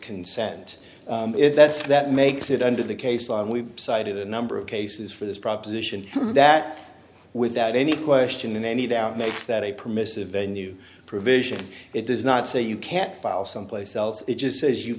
consent if that's that makes it under the case on we've cited a number of cases for this proposition that without any question in any doubt makes that a permissive a new provision it does not say you can't file someplace else it just says you